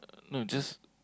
no just